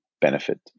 benefit